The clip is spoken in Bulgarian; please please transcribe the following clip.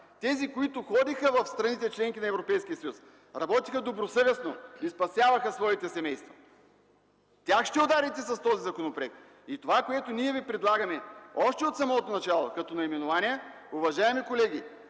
тези, които ходиха в страните – членки на Европейския съюз, работиха добросъвестно и спасяваха своите семейства. Тях ще ударите с този законопроект. Това, което още от самото начало ние Ви предлагаме като наименование, уважаеми колеги,